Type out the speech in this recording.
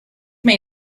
may